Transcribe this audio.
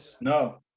No